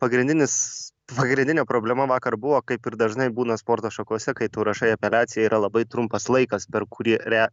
pagrindinis pagrindinė problema vakar buvo kaip ir dažnai būna sporto šakose kai tu rašai apeliaciją yra labai trumpas laikas per kurį re